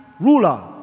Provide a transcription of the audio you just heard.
Ruler